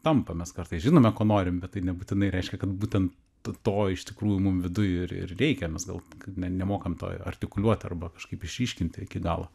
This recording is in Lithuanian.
tampa mes kartais žinome ko norim bet tai nebūtinai reiškia kad būtent to iš tikrųjų mum viduj ir ir reikia mes gal ne nemokam to ir artikuliuot arba kažkaip išryškinti iki galo